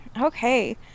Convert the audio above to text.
Okay